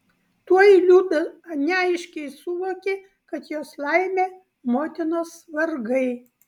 tuoj liuda neaiškiai suvokė kad jos laimė motinos vargai